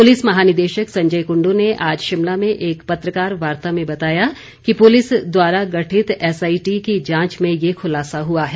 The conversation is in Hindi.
पुलिस महानिदेशक संजय कुंडू ने आज शिमला में एक पत्रकार वार्ता में बताया कि पुलिस द्वारा गठित एसआईटी की जांच में ये खुलासा हुआ है